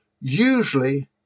usually